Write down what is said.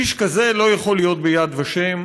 איש כזה לא יכול להיות ביד ושם,